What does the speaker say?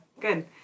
good